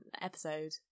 episode